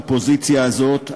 בפוזיציה הזאת,